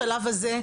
בשלב הזה,